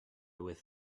with